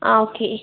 ആ ഓക്കെ